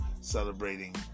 celebrating